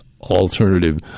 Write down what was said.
alternative